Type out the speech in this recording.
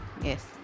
Yes